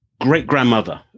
great-grandmother